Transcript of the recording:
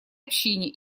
общине